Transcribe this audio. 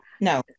No